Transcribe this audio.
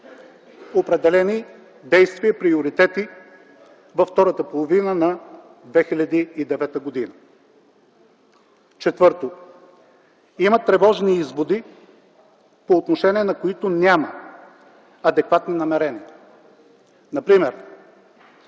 определени действия, приоритети, във втората половина на 2009 г. Четвърто, има тревожни изводи по отношение на които няма адекватни намерения, например,